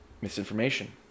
misinformation